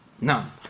Now